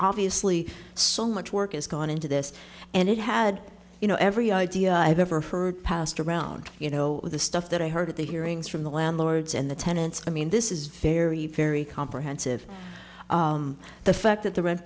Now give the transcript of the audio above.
obviously so much work has gone into this and it had you know every idea i've ever heard passed around you know the stuff that i heard at the hearings from the landlords and the tenants i mean this is very very comprehensive the fact that the rent